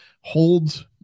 holds